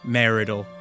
marital